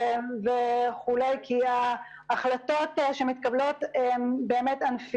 ולדעתי גם אצל התעשיינים נדרשים לבדיקות האלה.